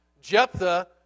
Jephthah